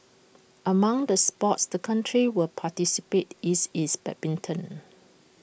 among the sports the country will participate is is bad bin ton